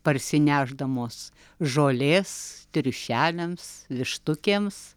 parsinešdamos žolės triušeliams vištukėms